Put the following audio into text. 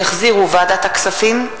שהחזירו ועדת הכספים,